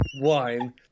wine